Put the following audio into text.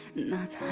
not